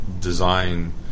design